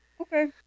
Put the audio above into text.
okay